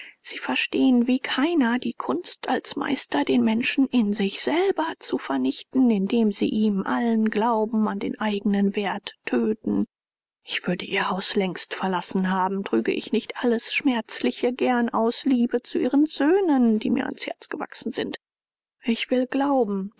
sie verstehen wie keiner die kunst als meister den menschen in sich selber zu vernichten indem sie ihm allen glauben an den eigenen wert töten ich würde ihr haus längst verlassen haben trüge ich nicht alles schmerzliche gern aus liebe zu ihren söhnen die mir ans herz gewachsen sind ich will glauben